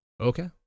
okay